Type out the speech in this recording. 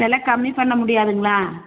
வில கம்மி பண்ண முடியாதுங்ளா